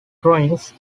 ruins